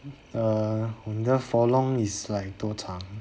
err 你的 for long is like 多长